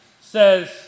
says